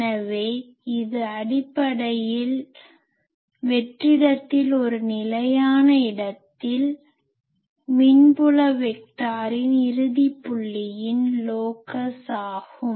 எனவே இது அடிப்படையில் வெற்றிடத்தில் ஒரு நிலையான இடத்தில் மின்புல வெக்டாரின் இறுதி புள்ளியின் லோகஸ் locus வரைபாதை ஆகும்